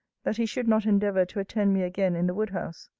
that he should not endeavour to attend me again in the wood-house.